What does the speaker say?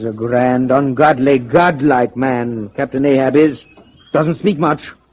ah grand ungodly godlike man captain ahab is doesn't speak much.